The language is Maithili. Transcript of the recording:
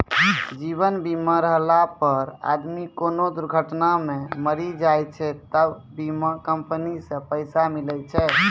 जीवन बीमा रहला पर आदमी कोनो दुर्घटना मे मरी जाय छै त बीमा कम्पनी से पैसा मिले छै